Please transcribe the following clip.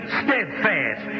steadfast